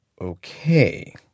Okay